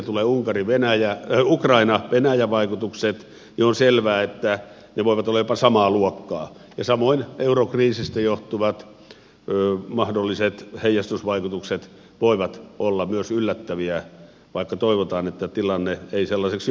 sitten siihen tulevat ukraina ja venäjä vaikutukset on selvää että ne voivat olla jopa samaa luokkaa ja samoin eurokriisistä johtuvat mahdolliset heijastusvaikutukset voivat olla myös yllättäviä vaikka toivotaan että tilanne ei sellaiseksi johda